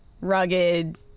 rugged